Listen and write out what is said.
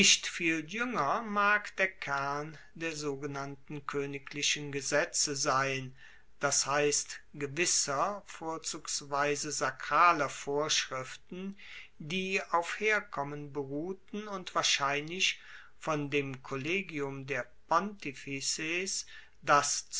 viel juenger mag der kern der sogenannten koeniglichen gesetze sein das heisst gewisser vorzugsweise sakraler vorschriften die auf herkommen beruhten und wahrscheinlich von dem kollegium der pontifices das